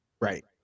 Right